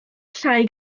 llai